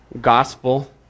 gospel